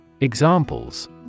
Examples